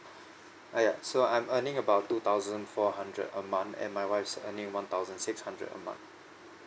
ya so I'm earning about two thousand four hundred a month and my wife is earning one thousand six hundred a month